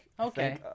Okay